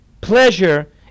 pleasure